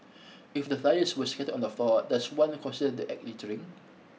if the flyers were scattered on the floor does one consider the act littering